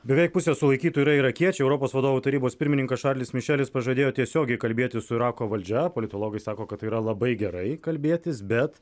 beveik pusė sulaikytų yra irakiečių europos vadovų tarybos pirmininkas šarlis mišelis pažadėjo tiesiogiai kalbėtis su irako valdžia politologai sako kad yra labai gerai kalbėtis bet